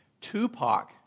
Tupac